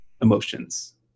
emotions